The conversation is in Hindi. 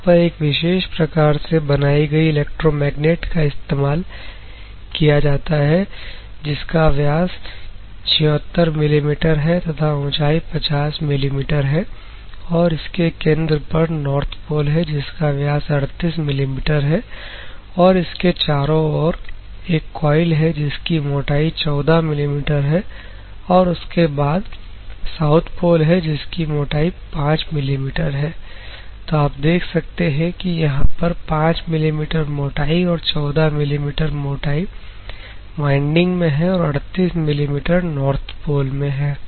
यहां पर एक विशेष प्रकार से बनाई गई इलेक्ट्रोमैग्नेट का इस्तेमाल किया जाता है जिसकी व्यास 76 मिलीमीटर है तथा ऊंचाई 50 मिलीमीटर है और इसके केंद्र पर नॉर्थ पोल है जिसका व्यास 38 मिलीमीटर है और इसके चारों ओर एक कॉइल है जिसकी मोटाई 14 मिलीमीटर है और उसके बाद साउथ पोल है जिसकी मोटाई 5 मिली मीटर है तो आप देख सकते हैं कि यहां पर 5 मिलीमीटर मोटाई और 14 मिली मीटर मोटाई वाइंडिंग में है और 38 मिलीमीटर नॉर्थ पोल में है